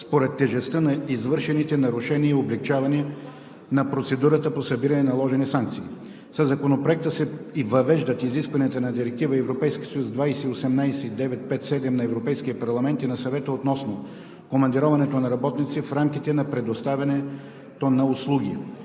според тежестта на извършените нарушения и облекчаване на процедурата по събиране на наложени санкции. Със Законопроекта се въвеждат изискванията на Директива (ЕС) 2018/957 на Европейския парламент и на Съвета относно командироването на работници в рамките на предоставянето на услуги.